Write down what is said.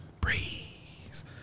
breeze